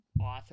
author